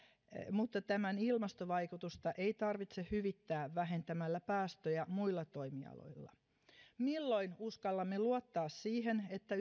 mutta tämän ilmastovaikutusta ei tarvitse hyvittää vähentämällä päästöjä muilla toimialoilla milloin uskallamme luottaa siihen että